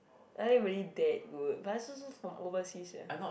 are they really that good but also from overseas sia